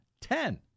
ten